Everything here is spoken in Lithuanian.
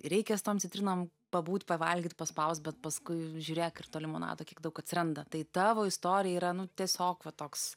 reikia su tom citrinom pabūt pavalgyt paspaust bet paskui žiūrėk ir to limonado kiek daug atsiranda tai tavo istorija yra nu tiesiog va toks